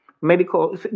medical